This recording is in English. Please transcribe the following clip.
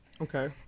Okay